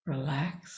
Relax